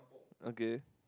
okay